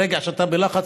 ברגע שאתה בלחץ,